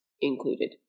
included